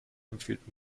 empfiehlt